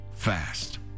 fast